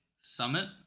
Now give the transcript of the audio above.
Summit